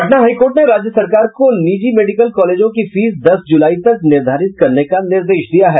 Patna high court ने राज्य सरकार को निजी मेडिकल कॉलेजों की फीस दस जुलाई तक निर्धारित करने का निर्देश दिया है